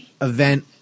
event